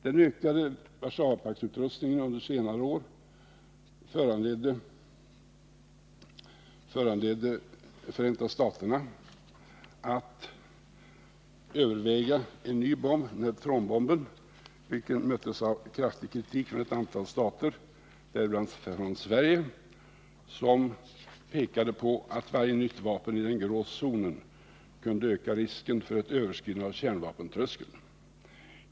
Den ökade WP-rustningen under senare år föranledde Förenta staterna att överväga en ny bomb, neutronbomben, vilket möttes av kraftig kritik från ett antal stater, däribland Sverige, som pekade på att varje nytt vapen i ”den grå zonen” kunde öka risken för ett överskridande av kärnvapentröskeln.